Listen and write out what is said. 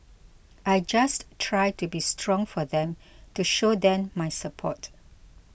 I just try to be strong for them to show them my support